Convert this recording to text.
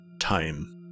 time